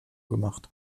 gemacht